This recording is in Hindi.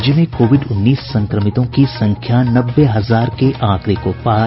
राज्य में कोविड उन्नीस संक्रमितों की संख्या नब्बे हजार के आंकड़े को पार